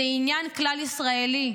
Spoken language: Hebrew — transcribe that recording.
זה עניין כלל-ישראלי.